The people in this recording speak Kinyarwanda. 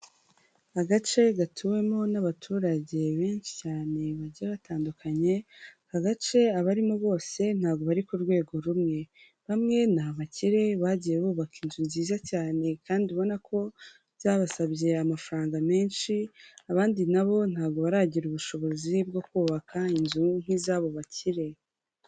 Agace gatuwemo n'abaturage benshi cyane bagiye batandukanye, aka gace abarimo bose ntabwo bari ku rwego rumwe, bamwe ni abakire bagiye bubaka inzu nziza cyane kandi ubona ko byabasabye amafaranga menshi, abandi na bo ntabwo baragira ubushobozi bwo kubaka inzu nk'iz'abo bakire.